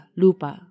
lupa